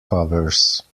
covers